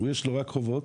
יש לו רק חובות,